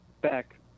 back